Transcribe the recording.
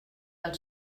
del